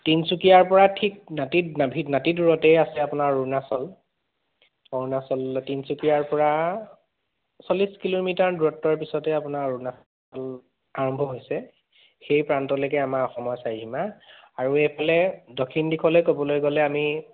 তিনিচুকীয়াৰ পৰা ঠিক নাতি নাতি দূৰতেই আছে আপোনাৰ অৰুণাচল অৰুণাচললৈ তিনিচুকীয়াৰ পৰা চল্লিছ কিলোমিটাৰ দূৰত্বৰ পিছতে আপোনাৰ অৰুণাচল আৰম্ভ হৈছে সেই প্ৰান্তলৈকে আমাৰ অসমৰ চাৰিসীমা আৰু এইফালে দক্ষিণ দিশলৈ ক'বলৈ গ'লে আমি